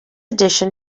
edition